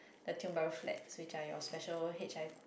the Tiong-Bahru flat which I was special H_I